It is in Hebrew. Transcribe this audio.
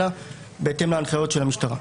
אלא בהתאם להנחיות המשטרה.